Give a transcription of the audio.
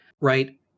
right